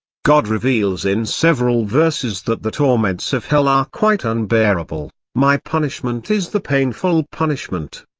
god reveals in several verses that the torments of hell are quite unbearable my punishment is the painful punishment.